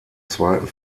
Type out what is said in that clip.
zweiten